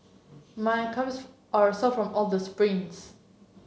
my calves are sore from all the sprints